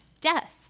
death